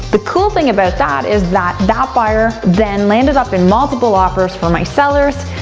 the cool thing about that, is that that buyer then landed up in multiple offers for my sellers,